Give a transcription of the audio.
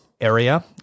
area